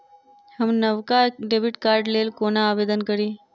हम नवका डेबिट कार्डक लेल कोना आवेदन करी?